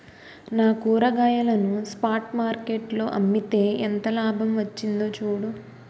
నా కూరగాయలను spot market లో అమ్మితే ఎంత లాభం వచ్చిందో చూడు